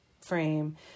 frame